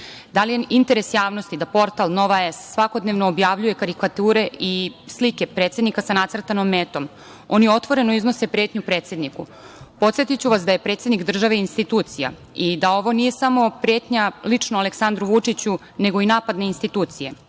Da li je interes javnosti da portal Nova S svakodnevno objavljuje karikature i slike predsednika sa nacrtanom metom. Oni otvoreno iznose pretnju predsedniku. Podsetiću vas da je predsednik države institucija i da ovo nije samo pretnja lično Aleksandru Vučiću nego i napad na institucije.